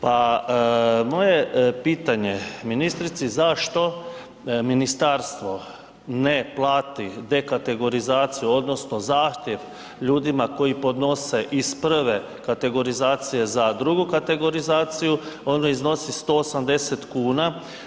Pa moje pitanje ministrici zašto ministarstvo ne plati dekategorizaciju odnosno zahtjev ljudima koji podnose iz prve kategorizacije za drugu kategorizaciju, one iznosi 180 kuna.